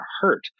hurt